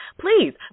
Please